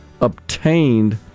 obtained